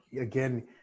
Again